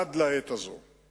עד לעת הזאת.